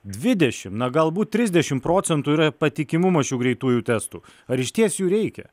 dvidešimt na galbūt trisdešimt procentų yra patikimumo šių greitųjų testų ar išties jų reikia